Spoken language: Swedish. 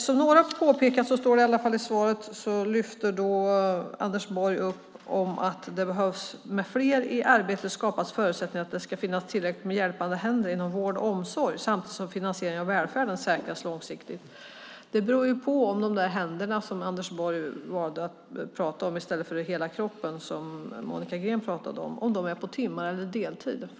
Som några har påpekat lyfter Anders Borg i svaret upp att med fler i arbete skapas förutsättningar för att det ska finnas tillräckligt med hjälpande händer inom vård och omsorg samtidigt som finansieringen av välfärden säkras långsiktigt. Det beror på om de där händerna som Anders Borg valde att prata om i stället för hela kroppen, som Monica Green pratade om, är på timmar eller deltid.